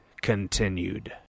continued